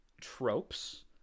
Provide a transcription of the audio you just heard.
tropes